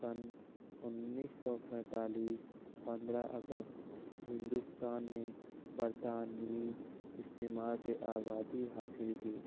سن انیس سو سینتالیس پندرہ اگست ہندوستان نے برطانوی استعمار سے آزادی حاصل کی